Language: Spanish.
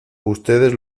ustedes